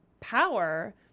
power